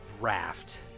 raft